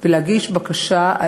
ולהגיש בקשה.